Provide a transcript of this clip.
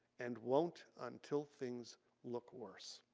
and won't until things look worse.